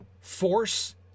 force